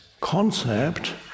concept